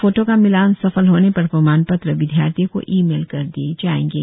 photo का मिलान सफल होने पर प्रमाण पत्र विद्यार्थियों को ई मेल कर दिये जाएंगे